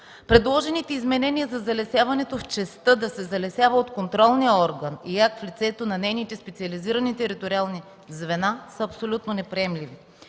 Предложените изменения за залесяването в частта да се залесява от контролния орган – Изпълнителната агенция по горите в лицето на нейните специализирани териториални звена, са абсолютно неприемливи.